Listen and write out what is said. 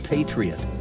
Patriot